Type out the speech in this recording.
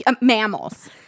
mammals